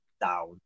down